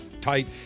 tight